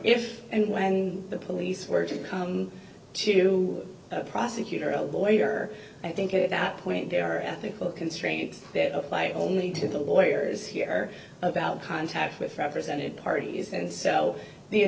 if and when the police were to come to a prosecutor a lawyer i think at that point there are ethical constraints that apply only to the lawyers here about contacts with represented parties and so